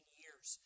years